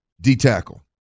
D-tackle